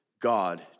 God